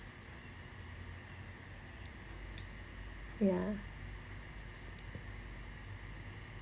ya